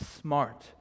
smart